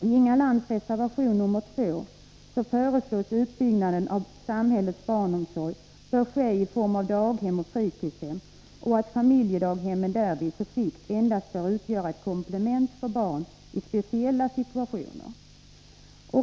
I Inga Lantz reservation nr 2 framhålls att utbyggnaden av samhällets barnomsorg bör ske i form av daghem och fritidshem och att familjedaghemmen därvid på sikt endast bör utgöra ett komplement för barn ispeciella situationer.